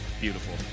beautiful